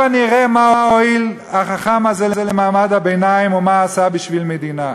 הבה נראה מה הועיל החכם הזה למעמד הביניים ומה עשה בשביל המדינה.